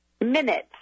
minutes